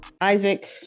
isaac